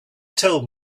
told